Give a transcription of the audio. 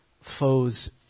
foes